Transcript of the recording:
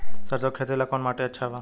सरसों के खेती ला कवन माटी अच्छा बा?